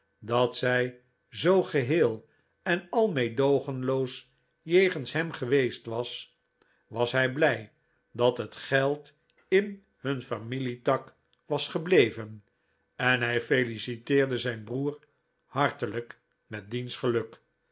dat zij zoo geheel en al meedoogenloos jegens hem geweest was was hij blij dat het geld in hun familietak was gebleven en hij feliciteerde zijn broer hartelijk met diens geluk